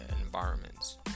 environments